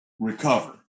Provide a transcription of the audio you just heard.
recover